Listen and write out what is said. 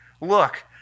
Look